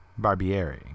Barbieri